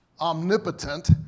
omnipotent